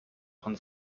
von